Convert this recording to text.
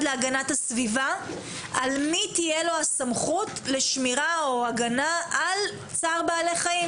להגנת הסביבה על למי תהיה הסמכות לשמירה או הגנה על בעלי חיים.